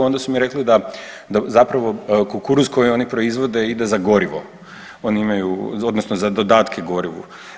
Onda su mi rekli da zapravo kukuruz koji oni proizvode ide za gorivo, oni imaju, odnosno za dodatke gorivu.